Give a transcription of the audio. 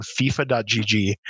FIFA.gg